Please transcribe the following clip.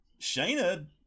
Shayna